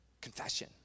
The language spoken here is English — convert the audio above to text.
Confession